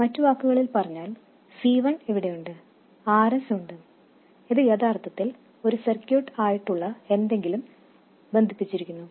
മറ്റു വാക്കുകളിൽ പറഞ്ഞാൽ C1 ഇവിടെയുണ്ട് Rs ഉണ്ട് ഇത് യഥാർത്ഥത്തിൽ ഒരു സർക്യൂട്ട് ആയിട്ടുള്ള എന്തെങ്കിലിലും ബന്ധിപ്പിച്ചിരിക്കുന്നു